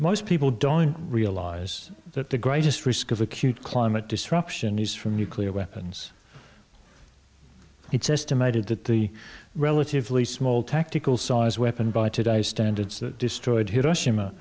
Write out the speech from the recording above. most people don't realize that the greatest risk of acute climate disruption is from nuclear weapons it's estimated that the relatively small tactical saw as weapon by today's standards that destroyed hiroshima